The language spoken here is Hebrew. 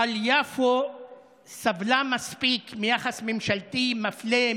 אבל יפו סבלה מספיק מיחס ממשלתי מפלה,